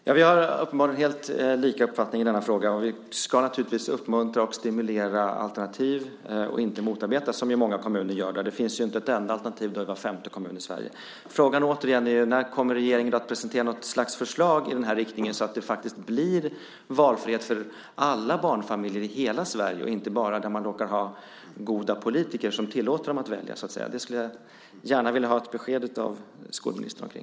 Fru talman! Vi har uppenbarligen helt lika uppfattning i denna fråga. Naturligtvis ska vi uppmuntra och stimulera alternativ - inte motarbeta, som ju många kommuner gör. I var femte kommun i Sverige finns det, som sagt, inte ett enda alternativ. Frågan är återigen: När kommer regeringen att presentera ett slags förslag i nämnda riktning så att det faktiskt blir valfrihet för alla barnfamiljer i hela Sverige och inte bara där man råkar ha goda politiker som tillåter barnfamiljerna att välja? Om det skulle jag gärna vilja ha ett besked från skolministern.